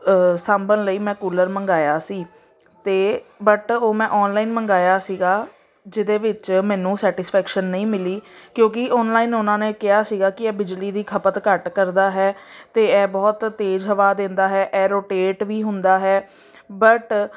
ਸਾਂਭਣ ਲਈ ਮੈਂ ਕੂਲਰ ਮੰਗਵਾਇਆ ਸੀ ਅਤੇ ਬਟ ਉਹ ਮੈਂ ਔਨਲਾਈਨ ਮੰਗਵਾਇਆ ਸੀਗਾ ਜਿਹਦੇ ਵਿੱਚ ਮੈਨੂੰ ਸੈਟਿਸਫੈਕਸ਼ਨ ਨਹੀਂ ਮਿਲੀ ਕਿਉਂਕਿ ਔਨਲਾਈਨ ਉਹਨਾਂ ਨੇ ਕਿਹਾ ਸੀਗਾ ਕਿ ਇਹ ਬਿਜਲੀ ਦੀ ਖਪਤ ਘੱਟ ਕਰਦਾ ਹੈ ਅਤੇ ਇਹ ਬਹੁਤ ਤੇਜ਼ ਹਵਾ ਦਿੰਦਾ ਹੈ ਇਹ ਰੋਟੇਟ ਵੀ ਹੁੰਦਾ ਹੈ ਬਟ